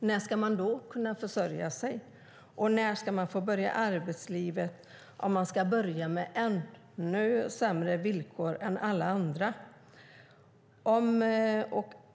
När ska man då kunna försörja sig? När ska man få börja arbetslivet om man ska börja med ännu sämre villkor än alla andra?